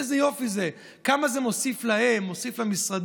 איזה יופי זה, כמה זה מוסיף להם, מוסיף למשרדים.